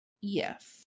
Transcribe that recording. Yes